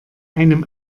einem